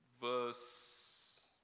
verse